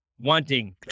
wanting